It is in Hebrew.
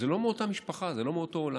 זה לא מאותה משפחה, זה לא מאותו עולם.